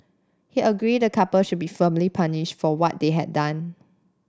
he agreed the couple should be firmly punished for what they had done